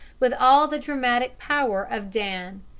with all the dramatic power of dan.